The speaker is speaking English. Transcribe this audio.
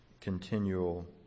continual